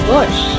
Bush